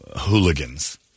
hooligans